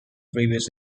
previous